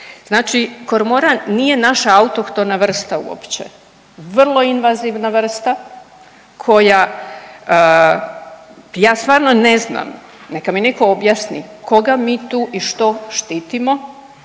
Znači kormoran nije naša autohtona vrsta uopće, vrlo invazivna vrsta koja, ja stvarno ne znam neka mi netko objasni koga mi tu i što štitimo,